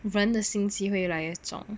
人的心机会越来越重